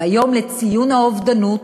ביום למניעת האובדנות,